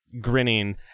grinning